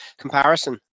comparison